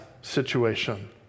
situation